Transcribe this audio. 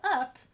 up